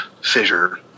fissure